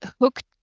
hooked